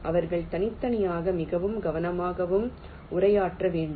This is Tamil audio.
அவர்கள் தனித்தனியாகவும் மிகவும் கவனமாகவும் உரையாற்ற வேண்டும்